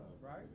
right